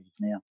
now